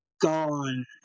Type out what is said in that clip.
Gone